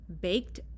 baked